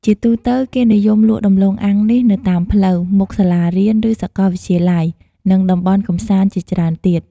ជាទូទៅ គេនិយមលក់ដំំឡូងអាំងនេះនៅតាមផ្លូវ មុខសាលារៀន ឬសកលវិទ្យាល័យ និងតំបន់កំសាន្តជាច្រើនទៀត ។